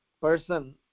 person